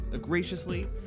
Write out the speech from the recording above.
graciously